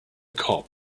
cop